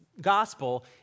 gospel